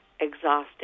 exhausting